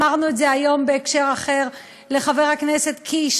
אמרנו את זה היום בהקשר הזה לחבר הכנסת קיש,